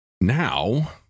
now